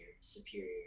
Superior